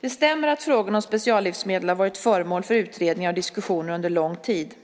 Det stämmer att frågan om speciallivsmedel har varit föremål för utredningar och diskussioner under lång tid.